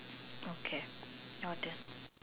okay your turn